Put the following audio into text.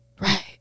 Right